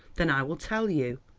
then i will tell you.